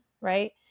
right